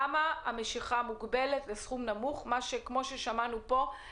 למה המשיכה מוגבלת לסכום נמוך שלעיתים